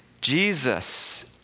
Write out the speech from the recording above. Jesus